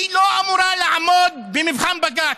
היא לא אמורה לעמוד במבחן בג"ץ.